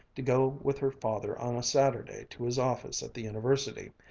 to go with her father on a saturday to his office at the university,